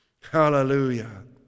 Hallelujah